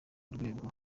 rwego